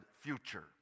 future